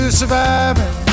surviving